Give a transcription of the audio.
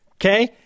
Okay